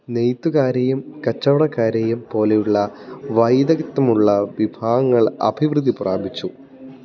നെയ്ത്തുകാരെയും കച്ചവടക്കാരെയും പോലെയുള്ള വൈദഗ്ദ്ധ്യമുള്ള വിഭാഗങ്ങൾ അഭിവൃദ്ധി പ്രാപിച്ചു